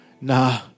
Nah